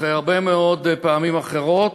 אחרי הרבה מאוד פעמים אחרות,